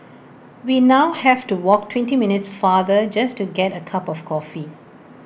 we now have to walk twenty minutes farther just to get A cup of coffee